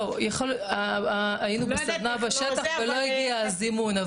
לא היינו בסדנא בשטח ולא הגיע הזימון,